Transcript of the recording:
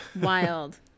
Wild